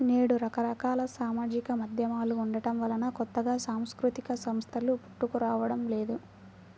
నేడు రకరకాల సామాజిక మాధ్యమాలు ఉండటం వలన కొత్తగా సాంస్కృతిక సంస్థలు పుట్టుకురావడం లేదు